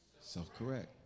self-correct